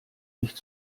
nicht